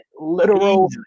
literal